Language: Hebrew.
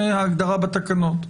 זה ההגדרה בתקנות.